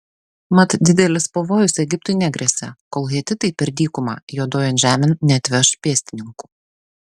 mat didelis pavojus egiptui negresia kol hetitai per dykumą juodojon žemėn neatveš pėstininkų